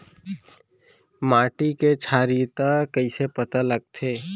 माटी के क्षारीयता कइसे पता लगथे?